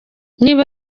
niba